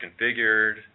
configured